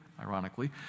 ironically